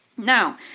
now,